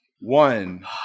One